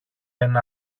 ένα